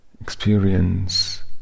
experience